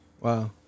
Wow